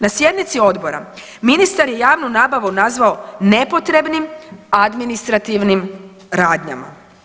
Na sjednici odbora ministar je javnu nabavu nazvao nepotrebnim administrativnim radnjama.